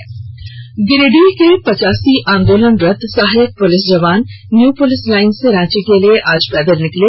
police प्रदर्शन गिरिडीह के पचासी आंदोलनरत सहायक पुलिस जवान न्यू पुलिस लाइन से रांची के लिए पैदल निकले